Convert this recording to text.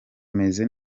meze